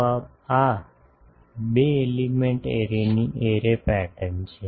તો આ આ બે એલિમેન્ટ એરેની એરે પેટર્ન છે